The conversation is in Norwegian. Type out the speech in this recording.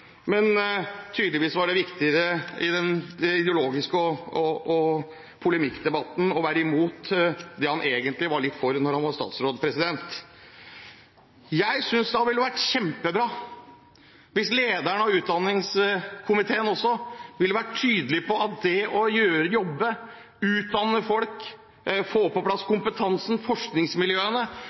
Men tydeligvis var det viktigere i denne ideologi- og polemikkdebatten å være imot det han egentlig var litt for da han var statsråd. Jeg synes det ville ha vært kjempebra hvis lederen av utdanningskomiteen også hadde vært tydelig på at det å jobbe, utdanne folk, få på plass kompetansen, forskningsmiljøene,